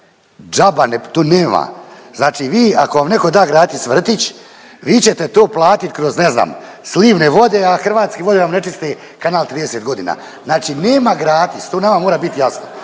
Džaba, tu nema. Znači vi ako vam netko da gratis vrtić, vi ćete to platit kroz, ne znam, slivne vode, a Hrvatske vode vam ne čiste kanal 30 godina. Znači nema gratis, tu nama mora bit jasno.